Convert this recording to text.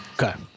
Okay